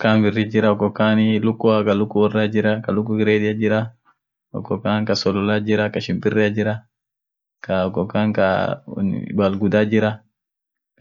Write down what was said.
Garinii won biri isan won muhimu isan ingini. ingini won humiimu isati, inginii maana kileesaf iyo mafuta wotdara, tunii tranmission yedeni